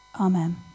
Amen